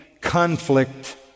conflict